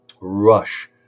rush